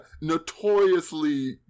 Notoriously